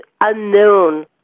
unknown